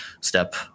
step